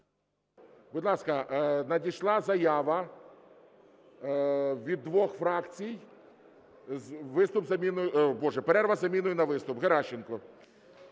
Будь ласка, надійшла заява від двох фракцій - перерва з заміною на виступ, Геращенко.